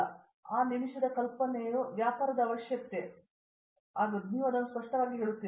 professor Usha Mohan ಮತ್ತು ಆ ನಿಮಿಷದ ಕಲ್ಪನೆಯು ವ್ಯಾಪಾರದ ಅವಶ್ಯಕತೆ ಇದೆ ನೀವು ಇದನ್ನು ಸ್ಪಷ್ಟವಾಗಿ ಹೇಳುತ್ತೀರಾ